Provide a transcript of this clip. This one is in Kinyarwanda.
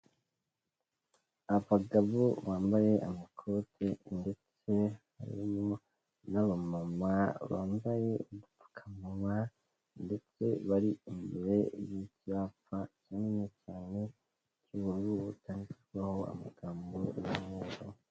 Abagabo ba bambaye amakote ndetse harimo n'abamama bambaye udupfukamuwa ndetse bari imbere y'icyapa kinini cyane cy'ubururu cyanditseho amagambo y'umweru.